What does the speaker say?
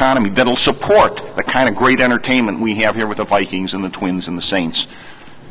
will support the kind of great entertainment we have here with a vikings in the twins in the saints